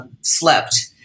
slept